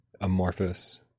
Amorphous